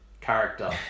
character